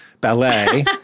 ballet